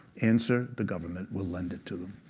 answer the government will lend it to them.